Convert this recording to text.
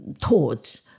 taught